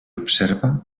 observa